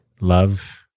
love